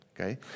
Okay